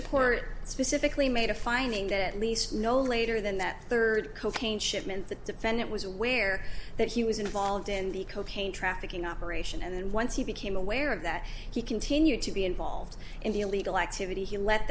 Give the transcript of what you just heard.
court specifically made a finding that at least no later than that rd cocaine shipment the defendant was aware that he was involved in the cocaine trafficking operation and then once he became aware of that he continued to be involved in the lead activity he let